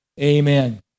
Amen